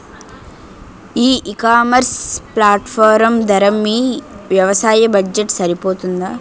ఈ ecommerce platform ధర మీ వ్యవసాయ బడ్జెట్ సరిపోతుందా?